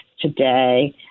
today